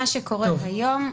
מה שקורה היום,